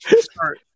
start